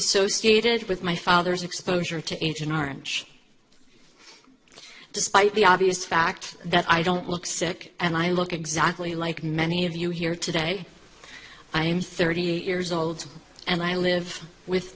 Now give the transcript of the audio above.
associated with my father's exposure to agent orange despite the obvious fact that i don't look sick and i look exactly like many of you here today i am thirty years old and i live with